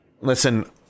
Listen